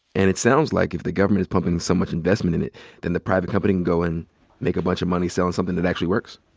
and it sounds like if the government is pumping so much investment in it, then the private can go and make a bunch of money selling something that actually works?